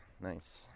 Nice